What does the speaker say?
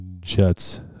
jets